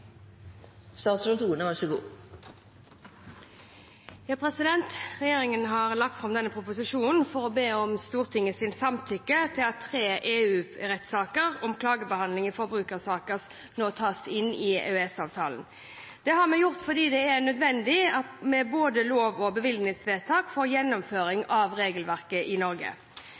Regjeringen har lagt fram denne proposisjonen for å be om Stortingets samtykke til at tre EU-rettsakter om klagebehandling i forbrukersaker nå tas inn i EØS-avtalen. Det har vi gjort fordi det er nødvendig med både lov- og bevilgningsvedtak for gjennomføring av regelverket i Norge.